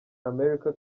america